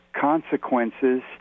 consequences